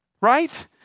right